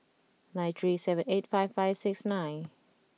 nine three seven eight five five six nine